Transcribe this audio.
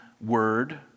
word